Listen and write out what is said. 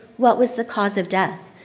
what was the cause of death?